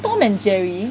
tom and jerry